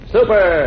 Super